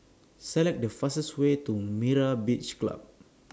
Select The fastest Way to Myra's Beach Club